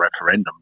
referendum